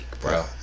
bro